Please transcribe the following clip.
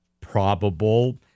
probable